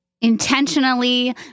intentionally